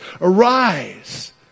Arise